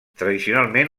tradicionalment